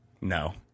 No